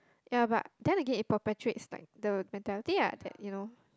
ya but then again it perpetuates like the mentality ah that you know